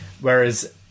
Whereas